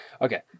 Okay